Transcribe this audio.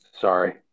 Sorry